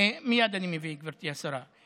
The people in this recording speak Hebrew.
מייד אני מביא, גברתי השרה.